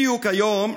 בדיוק היום,